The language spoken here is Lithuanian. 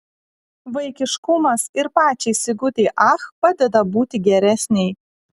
vaikiškumas ir pačiai sigutei ach padeda būti geresnei